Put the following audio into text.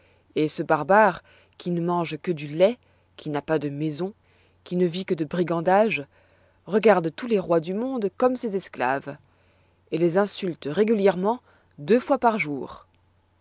et ce barbare qui ne mange que du lait qui n'a pas de maison qui ne vit que de brigandage regarde tous les rois du monde comme ses esclaves et les insulte régulièrement deux fois par jour